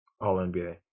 All-NBA